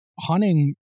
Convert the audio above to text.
hunting